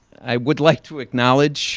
i would like to acknowledge